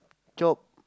chope